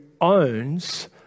owns